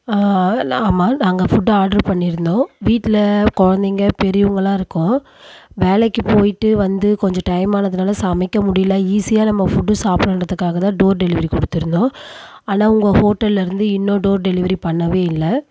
ஆமாம் நாங்கள் food order பண்ணியிருந்தோம் வீட்டில குழந்தைங்க பெரியவங்கள்லாம் இருக்கோம் வேலைக்கு போய்ட்டு வந்து கொஞ்சம் டைம் ஆனதனால சமைக்க முடியல ஈஸியாக நம்ம ஃபுட் சாப்பிடணுன்றதுக்காக தான் டோர் டெலிவரி கொடுத்துருந்தோம் ஆனால் உங்கள் ஹோட்டல்லேருந்து இன்னும் டோர் டெலிவரி பண்ணவே இல்லை